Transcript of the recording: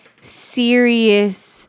serious